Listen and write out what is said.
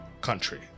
country